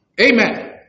Amen